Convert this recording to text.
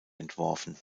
entworfen